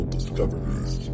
Discoveries